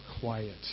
quiet